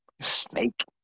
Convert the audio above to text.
Snake